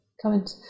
comment